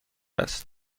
است